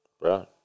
Right